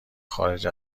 خارج